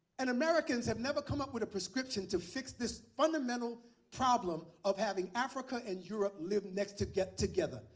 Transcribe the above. and americans have never come up with a prescription to fix this fundamental problem of having africa and europe live next to get together.